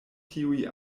tiuj